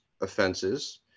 offenses